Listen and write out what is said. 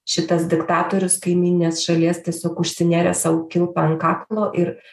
šitas diktatorius kaimyninės šalies tiesiog užsinėrė sau kilpą ant kaklo ir